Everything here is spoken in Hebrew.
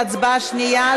להצבעה השנייה,